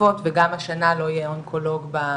מה שהיום הן לא יכולות כי הן איבדו את